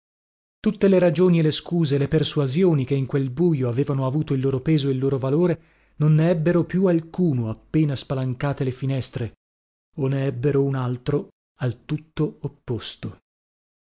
tutte le ragioni e le scuse e le persuasioni che in quel bujo avevano avuto il loro peso e il loro valore non ne ebbero più alcuno appena spalancate le finestre o ne ebbero un altro al tutto opposto